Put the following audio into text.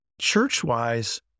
church-wise